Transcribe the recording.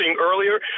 earlier